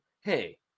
Hey